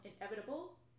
inevitable